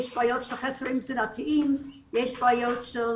יש בעיות של חסרים תזונתיים, יש בעיות של